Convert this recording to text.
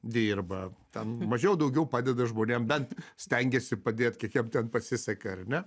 dirba ten mažiau daugiau padeda žmonėm bent stengiasi padėt kiek jam ten pasiseka ar ne